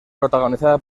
protagonizada